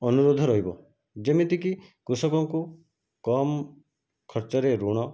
ଅନୁରୋଧ ରହିବ ଯେମିତି କି କୃଷକଙ୍କୁ କମ୍ ଖର୍ଚ୍ଚରେ ଋଣ